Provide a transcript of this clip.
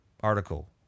article